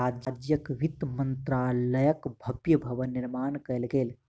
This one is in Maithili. राज्यक वित्त मंत्रालयक भव्य भवन निर्माण कयल गेल